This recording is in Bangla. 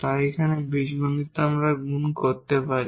তাই আমরা কেবল বীজগণিত গুণ করতে পারি